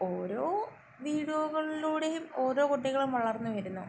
ഓരോ വീഡിയോകളിലൂടെയും ഓരോ കുട്ടികളും വളർന്നു വരുന്നു